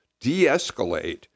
de-escalate